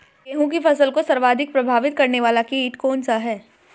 गेहूँ की फसल को सर्वाधिक प्रभावित करने वाला कीट कौनसा है?